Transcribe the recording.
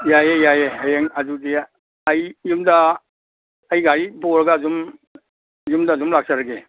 ꯌꯥꯏꯌꯦ ꯌꯥꯏꯌꯦ ꯍꯌꯦꯡ ꯑꯗꯨꯗꯤ ꯑꯩ ꯌꯨꯝꯗ ꯑꯩ ꯒꯥꯔꯤ ꯄꯨꯔꯒ ꯑꯗꯨꯝ ꯌꯨꯝꯗ ꯑꯗꯨꯝ ꯂꯥꯛꯆꯔꯒꯦ